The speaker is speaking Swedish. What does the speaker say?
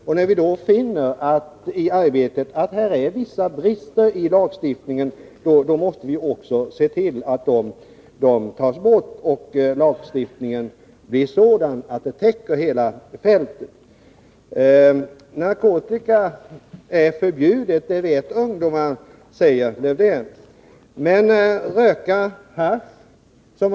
Och när vi i arbetet finner att det finns vissa brister i lagstiftningen måste vi se till att de tas bort och att lagstiftningen blir sådan att den täcker hela fältet. Narkotika är förbjudet, och det vet ungdomarna, säger Lars-Erik Lövdén.